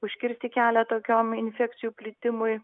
užkirsti kelią tokiom infekcijų plitimui